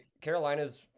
Carolina's